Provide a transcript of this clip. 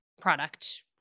product